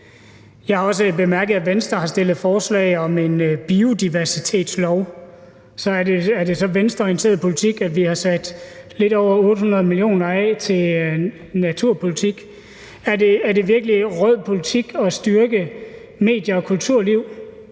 Jeg har også bemærket, at Venstre har fremsat forslag om en biodiversitetslov. Er det så venstreorienteret politik, at vi har sat lidt over 800 mio. kr. af til naturpolitik? Er det virkelig rød politik at styrke medie- og kulturlivet?